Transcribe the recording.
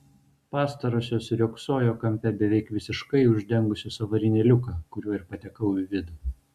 pastarosios riogsojo kampe beveik visiškai uždengusios avarinį liuką kuriuo ir patekau į vidų